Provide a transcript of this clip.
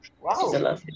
Wow